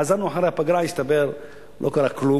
חזרנו אחרי הפגרה והסתבר שלא קרה כלום.